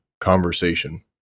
conversation